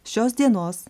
šios dienos